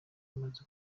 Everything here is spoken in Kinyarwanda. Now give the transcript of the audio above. rumaze